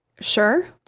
sure